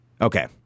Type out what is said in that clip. Okay